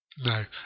No